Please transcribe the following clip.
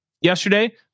yesterday